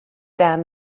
them